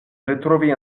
retrovi